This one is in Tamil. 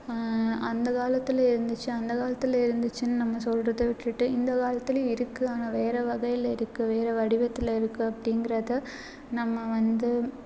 அந்த காலத்தில் இருந்துச்சு அந்த காலத்தில் இருந்துச்சுன்னு நம்ம சொல்றதை விட்டுட்டு இந்த காலத்துலையும் இருக்கு ஆனால் வேறு வகையில் இருக்கு வேறு வடிவத்தில் இருக்கு அப்படிங்கிறத நம்ம வந்து